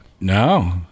No